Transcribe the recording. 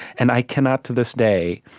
and i cannot, to this day,